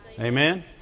Amen